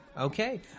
Okay